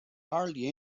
hardly